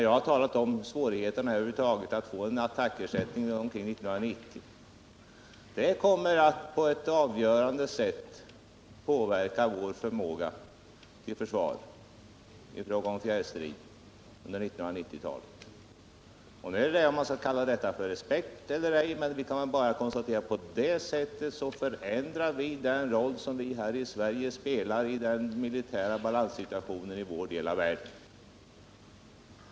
Jag har talat om svårigheten att över huvud taget få en attackersättning till omkring år 1990, som kommer att på ett avgörande sätt påverka vår förmåga till försvar i fråga om fjärrstrid under 1990-talet. Man kan tala om respekt för vår försvarsförmåga eller ej, men vi kan bara konstatera att vi på det sättet förändrar den roll som Sverige spelar i den militära balanssituationen i vår del av världen.